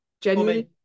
Genuinely